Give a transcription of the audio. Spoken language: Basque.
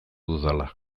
dudala